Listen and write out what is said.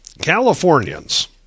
Californians